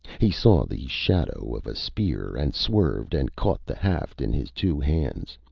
he saw the shadow of a spear and swerved, and caught the haft in his two hands.